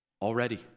already